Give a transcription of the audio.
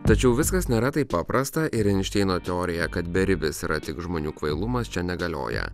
tačiau viskas nėra taip paprasta ir einšteino teorija kad beribis yra tik žmonių kvailumas čia negalioja